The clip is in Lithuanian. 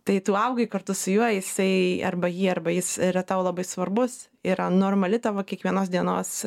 tai tu augai kartu su juo jisai arba ji arba jis yra tau labai svarbus yra normali tavo kiekvienos dienos